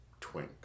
twinks